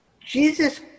Jesus